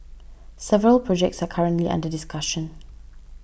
several projects are currently under discussion